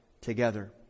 together